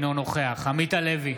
אינו נוכח עמית הלוי,